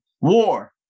War